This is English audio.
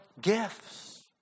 gifts